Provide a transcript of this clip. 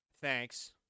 thanks